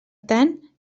tant